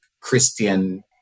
Christian